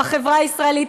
בחברה הישראלית,